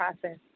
process